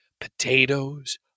potatoes